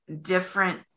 different